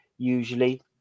usually